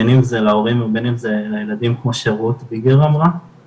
בין אם זה להורים ובין אם זה לילדים כמו שרות ביגר אמרה,